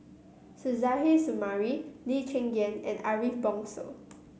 Suzairhe Sumari Lee Cheng Gan and Ariff Bongso